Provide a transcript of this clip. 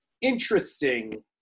interesting